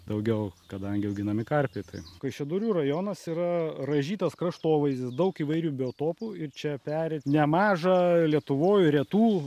daugiau kadangi auginami karpiai tai kaišiadorių rajonas yra raižytas kraštovaizdis daug įvairių biotopų ir čia peri nemaža lietuvoj retų